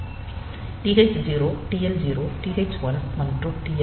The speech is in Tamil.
TH0 TL0 TH1 மற்றும் TL1